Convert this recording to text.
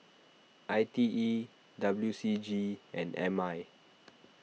I T E W C G and M I